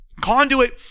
Conduit